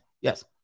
yes